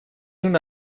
una